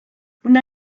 wna